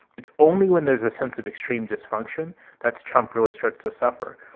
it's only when there's a sense of extreme dysfunction that's trump really starts to suffer.